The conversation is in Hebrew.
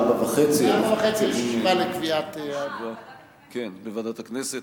16:30 בוועדת הכנסת.